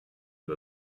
and